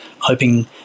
hoping